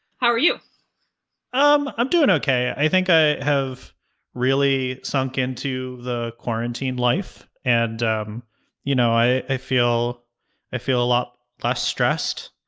how are you? elil um i'm doing okay. i think i have really sunk into the quarantine life, and you know, i i feel i feel a lot less stressed,